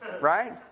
Right